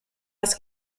das